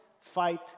fight